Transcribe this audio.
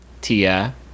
Tia